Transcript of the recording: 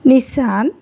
Nissan